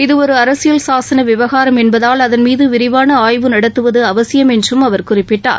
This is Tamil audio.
இது ஒரு அரசியல் சாசன விவகாரம் என்பதால் அதன் மீது விரிவான ஆய்வு நடத்துவது அவசியம் என்றும் அவர் குறிப்பிட்டார்